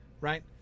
right